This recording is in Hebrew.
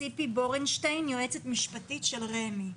ציפי בורשטיין, יועצת משפטית של רמ"י.